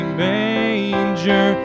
manger